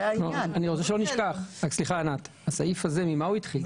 אני רוצה שלא נשכח, הסעיף הזה, ממה הוא התחיל?